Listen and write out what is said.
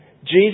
Jesus